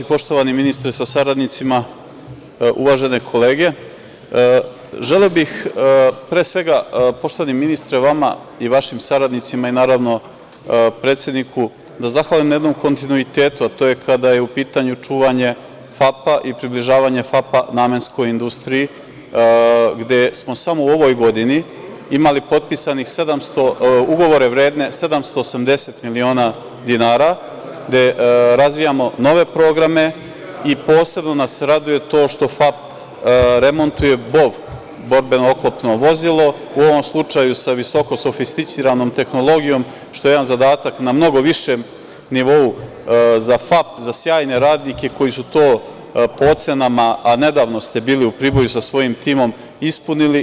Poštovani ministre sa saradnicima, uvažene kolege, želeo bih, pre svega, poštovani ministre, vama i vašim saradnicima i, naravno, predsedniku da zahvalim na jednom kontinuitetu, a to je kada je u pitanju čuvanje „FAP-a“ i približavanje „FAP-a“ Namenskoj industriji, gde smo samo u ovoj godini imali potpisane ugovore vredne 780 miliona dinara, gde razvijamo nove programe i posebno nas raduje to što „FAP“ remontuje BOV, borbeno oklopno vozilo, u ovom slučaju sa visoko sofisticiranom tehnologijom, što je jedan zadatak na mnogo višem nivou za „FAP“, za sjajne radnike koji su to, po ocenama, a nedavno ste bili u Priboju sa svojim timom, ispunili.